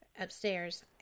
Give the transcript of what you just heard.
upstairs